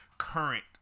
current